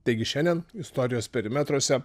taigi šiandien istorijos perimetruose